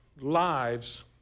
lives